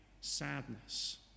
sadness